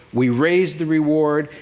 we raised the reward.